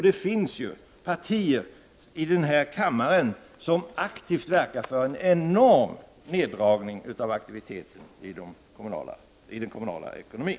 Det finns partier i denna kammare som aktivt verkar för en enorm neddragning av aktiviteten i den kommunala ekonomin.